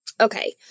Okay